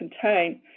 contain